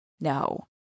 No